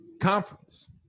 conference